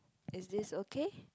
is this okay